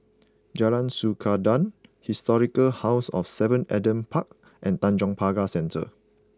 Jalan Sikudangan Historic House of seven Adam Park and Tanjong Pagar Centre